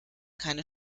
keine